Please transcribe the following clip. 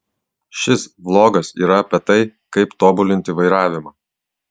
šis vlogas yra apie tai kaip tobulinti vairavimą